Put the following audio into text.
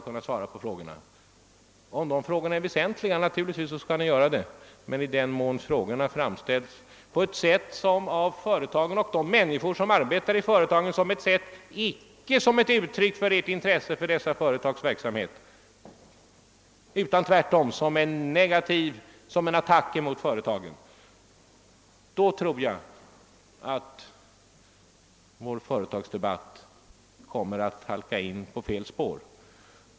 Om frågorna är väsentliga skall de naturligtvis ställas, men i den mån de framställda frågorna av företagen och av de människor som arbetar där uppfattas icke som ett uttryck för ett intresse för dessa företags verksamhet utan tvärtom som en attack mot företagen, tror jag att vår företagsdebatt kommer att halka in på fel spår.